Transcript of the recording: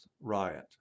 riot